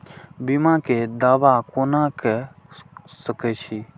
बीमा के दावा कोना के सके छिऐ?